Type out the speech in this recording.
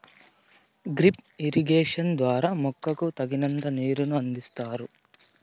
drip irrigation ద్వారా మొక్కకు తగినంత నీరును అందిస్తారు